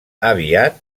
aviat